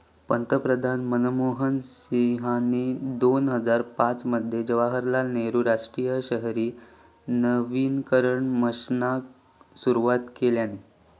पंतप्रधान मनमोहन सिंहानी दोन हजार पाच मध्ये जवाहरलाल नेहरु राष्ट्रीय शहरी नवीकरण मिशनाक सुरवात केल्यानी